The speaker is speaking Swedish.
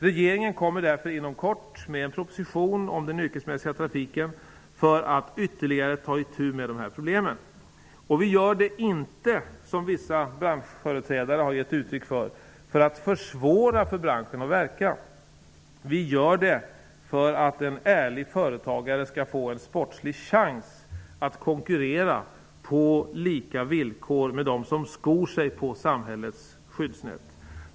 Regeringen kommer därför inom kort med en proposition om den yrkesmässiga trafiken för att ytterligare ta itu med de här problemen. Vi gör det inte, som vissa branschföreträdare har gett uttryck för, för att försvåra för branschen att verka. Vi gör det för att en ärlig företagare skall få en sportslig chans att konkurrera på lika villkor med dem som skor sig på samhällets skyddsnät.